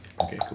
Okay